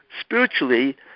spiritually